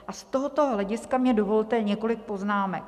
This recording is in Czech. A z tohoto hlediska mně dovolte několik poznámek.